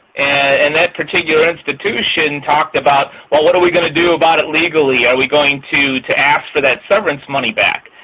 and that particular institution talked about well, what are we going to do about it legally? are we going to to ask for that severance money back?